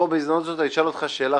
פה בהזדמנות הזאת אני אשאל אותך שאלה,